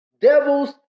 Devils